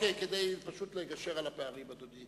כדי פשוט לגשר על הפערים, אדוני.